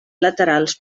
laterals